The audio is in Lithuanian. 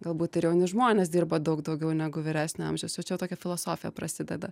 galbūt ir jauni žmonės dirba daug daugiau negu vyresnio amžiaus čia jau tokia filosofija prasideda